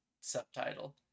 subtitle